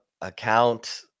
account